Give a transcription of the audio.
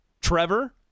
Trevor